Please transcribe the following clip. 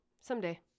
Someday